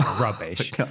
rubbish